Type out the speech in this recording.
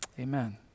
Amen